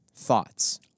Thoughts